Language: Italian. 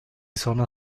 sono